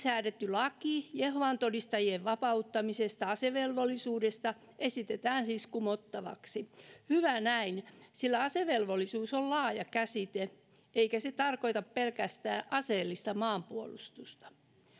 säädetty laki jehovan todistajien vapauttamisesta asevelvollisuudesta esitetään siis kumottavaksi hyvä näin sillä asevelvollisuus on laaja käsite eikä se tarkoita pelkästään aseellista maanpuolustusta